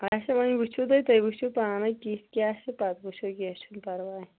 اچھا وۅنۍ وٕچھِو تُہۍ تُہۍ وٕچھِو پانٕے کِتھۍ کیٛاہ چھِ پتہٕ وٕچھِو کیٚنٛہہ چھُنہٕ پرواے